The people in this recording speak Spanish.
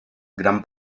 gran